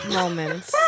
moments